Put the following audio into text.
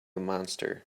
monster